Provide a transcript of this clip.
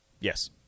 Yes